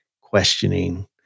questioning